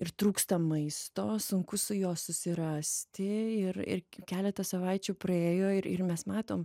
ir trūksta maisto sunku su jo susirasti ir ir keleta savaičių praėjo ir ir mes matom